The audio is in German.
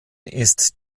ist